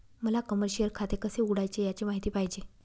मला कमर्शिअल खाते कसे उघडायचे याची माहिती पाहिजे